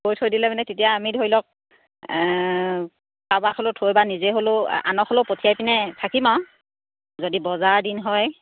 থৈ থৈ দিলে মানে তেতিয়া আমি ধৰি লওক কাৰোবাক হ'লেও থৈ বা নিজে হ'লেও আনক হ'লেও পঠিয়াই পিনে থাকিম আৰু যদি বজাৰৰ দিন হয়